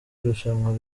irushanwa